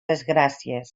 desgràcies